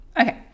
okay